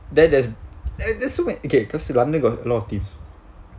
then there's there's so many okay cause london got a lot of team